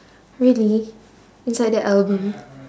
really inside the album